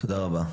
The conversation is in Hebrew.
תודה רבה.